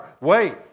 wait